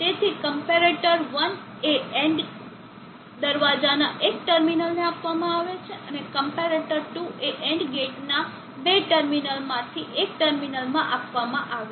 તેથી ક્મ્પેરેટર 1 એ AND દરવાજાના એક ટર્મિનલને આપવામાં આવે છે ક્મ્પેરેટર 2 ને AND ગેટનાં બે માંથી એક ટર્મિનલમાં આપવામાં આવે છે